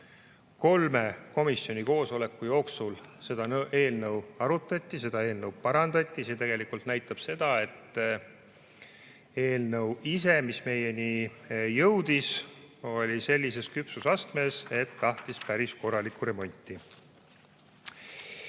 Kolme koosoleku jooksul seda eelnõu arutati, seda eelnõu parandati. See tegelikult näitab seda, et eelnõu ise, mis meieni jõudis, oli sellises küpsusastmes, et tahtis päris korralikku remonti. Jah,